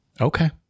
Okay